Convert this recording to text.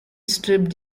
stripped